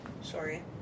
Sorry